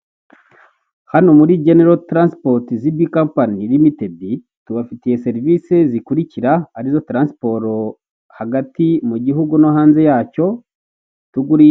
Icyapa kiriho amafoto atatu magufi y'abagabo babiri uwitwa KABUGA n 'uwitwa BIZIMANA bashakishwa kubera icyaha cya jenoside yakorewe